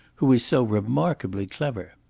who is so remarkably clever.